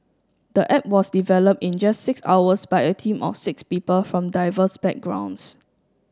the app was developed in just six hours by a team of six people from diverse backgrounds